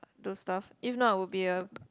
those stuff if not I would be a